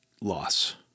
loss